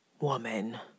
woman